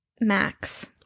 Max